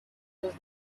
was